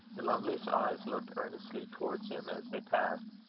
the loveliest eyes looked earnestly towards him as they passed,